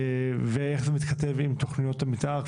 ואיך זה מתכתב עם תכניות המתאר,